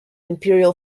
imperial